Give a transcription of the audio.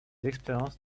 expériences